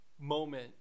moment